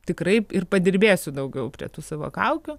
tikrai ir padirbėsiu daugiau prie tų savo kaukių